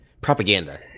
Propaganda